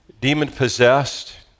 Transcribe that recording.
demon-possessed